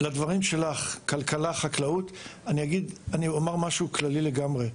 לגבי כלכלה וחקלאות, אני אומר משהו כללי לגמרי.